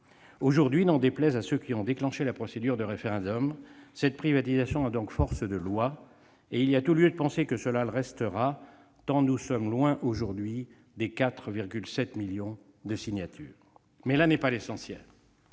N'en déplaise à ceux qui ont déclenché la procédure de référendum, cette privatisation a donc force de loi, et il y a tout lieu de penser que cela le restera, tant nous sommes loin aujourd'hui des 4,7 millions de signatures. Mais là n'est pas l'essentiel.